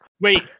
Wait